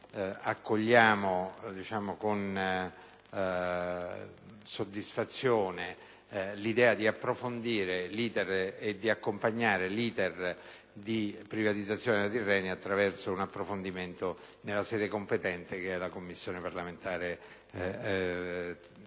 accogliamo con soddisfazione l'idea di approfondire e di accompagnare *l'iter* di privatizzazione della Tirrenia attraverso un approfondimento nella sede competente, l'8a Commissione permanente del